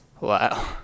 Wow